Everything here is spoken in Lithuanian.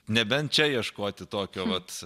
nebent čia ieškoti tokio vat